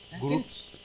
groups